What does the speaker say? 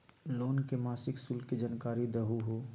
Loan के मासिक शुल्क के जानकारी दहु हो?